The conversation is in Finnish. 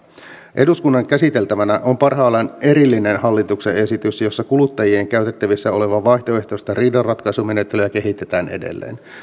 eduskunnan käsiteltävänä on parhaillaan erillinen hallituksen esitys jossa kuluttajien käytettävissä olevaa vaihtoehtoista riidanratkaisumenettelyä kehitetään edelleen